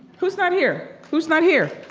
who's not here? who's not here?